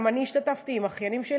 גם אני השתתפתי, עם אחיינים שלי,